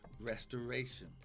restoration